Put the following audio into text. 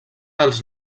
dels